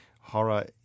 horror